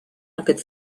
aquest